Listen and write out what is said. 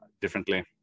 differently